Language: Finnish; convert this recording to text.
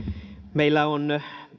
meillä on